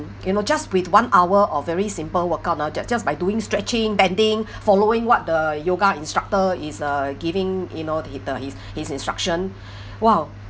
you know just with one hour of very simple workout ah ju~ just by doing stretching bending following what the yoga instructor is uh giving you know the his his instruction !wow!